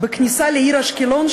בכניסה לעיר אשקלון,